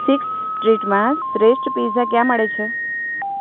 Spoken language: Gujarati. સિક્સ્થ સ્ટ્રીટમાં શ્રેષ્ઠ પિઝા ક્યાં મળે છે